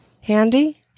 handy